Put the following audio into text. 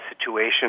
situation